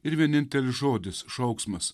ir vienintelis žodis šauksmas